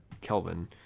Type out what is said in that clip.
Kelvin